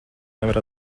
nevar